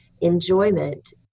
enjoyment